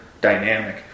dynamic